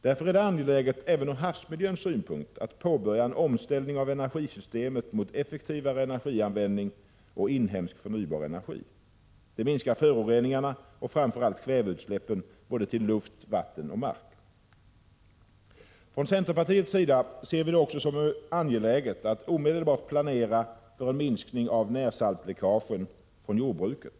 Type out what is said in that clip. Därför är det angeläget även ur havsmiljöns synpunkt att påbörja en omställning av energisystemet mot effektivare energianvändning och inhemsk, förnybar energi. Detta minskar föroreningarna och framför allt kväveutsläppen både till luft och till vatten och mark. Från centerpartiets sida ser vi det också som angeläget att omedelbart planera för en minskning av närsaltläckagen från jordbruket.